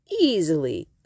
easily